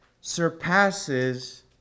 surpasses